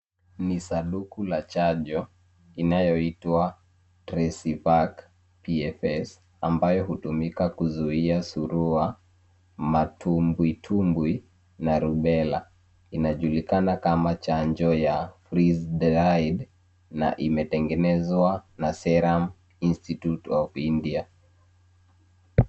Ni sanduku ya chanjo inayoitwa Tresivac pfs ambayo hutumika kuzuia suruwa, matumbwitumbwi na rubella. Inajulikana kama chanjo ya freeze-dried na imetengenzwa na Serum Institute of India.